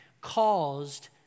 caused